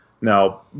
Now